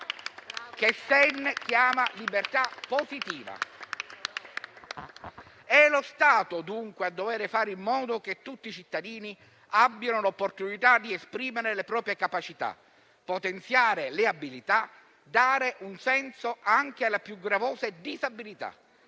che Sen chiama libertà positiva. È lo Stato, dunque, a dover fare in modo che tutti i cittadini abbiano l'opportunità di esprimere le proprie capacità, potenziare le abilità, dare un senso anche alla più gravosa disabilità.